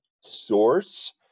source